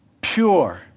pure